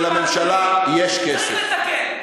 שלממשלה יש כסף.